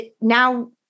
now